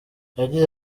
yagize